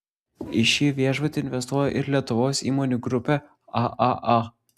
į šį viešbutį investuoja ir lietuvos įmonių grupė aaa